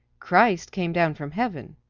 christ came down from heaven.